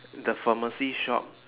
the pharmacy shop